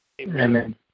Amen